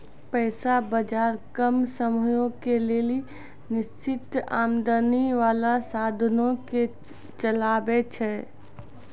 पैसा बजार कम समयो के लेली निश्चित आमदनी बाला साधनो के चलाबै छै